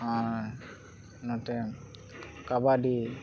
ᱟᱨ ᱱᱚᱛᱮ ᱠᱟᱵᱟᱰᱤ